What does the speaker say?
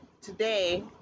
Today